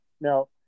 Now